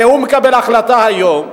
הרי הוא מקבל החלטה היום,